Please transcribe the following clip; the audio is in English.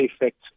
effect